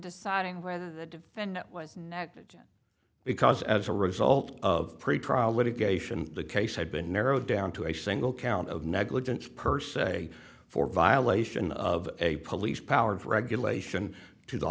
deciding whether the defendant was negligent because as a result of pretrial litigation the case had been narrowed down to a single count of negligence per se for violation of a police power and regulation to the